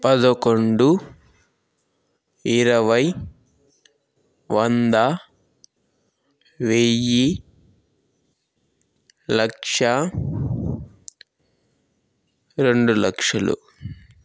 పదకొండు ఇరవై వంద వెయ్యి లక్ష రెండు లక్షలు